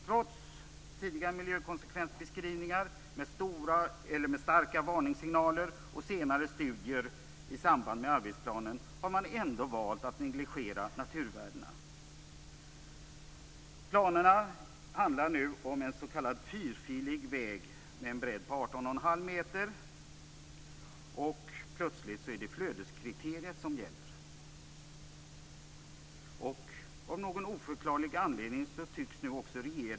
Trots tidigare miljökonsekvensbeskrivningar med starka varningssignaler och senare studier i samband med arbetsplanen har man ändå valt att negligera naturvärdena. Planerna handlar om en s.k. fyrfilig väg med en bredd på 18 1⁄2 meter. Plötsligt är det flödeskriteriet som gäller.